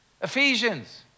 Ephesians